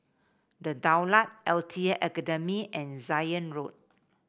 The Daulat L T A Academy and Zion Road